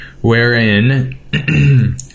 wherein